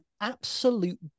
absolute